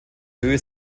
höhe